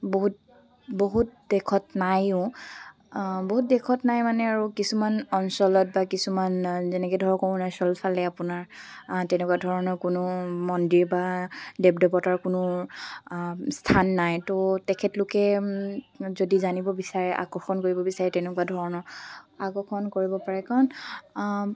বহুত বহুত দেশত নাইও বহুত দেশত নাই মানে আৰু কিছুমান অঞ্চলত বা কিছুমান যেনেকৈ ধৰক অৰুণাচলৰফালে আপোনাৰ তেনেকুৱা ধৰণৰ কোনো মন্দিৰ বা দেৱ দেৱতাৰ কোনো স্থান নাই তো তেখেতলোকে যদি জানিব বিচাৰে আকৰ্ষণ কৰিব বিচাৰে তেনেকুৱা ধৰণৰ আকৰ্ষণ কৰিব পাৰে কাৰণ